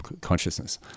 consciousness